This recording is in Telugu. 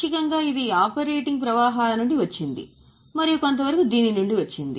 పాక్షికంగా ఇది ఆపరేటింగ్ ప్రవాహాల నుండి వచ్చింది మరియు కొంతవరకు దీని నుండి వచ్చింది